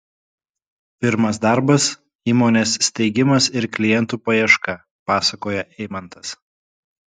pirmas darbas įmonės steigimas ir klientų paieška pasakoja eimantas